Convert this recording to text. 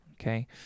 okay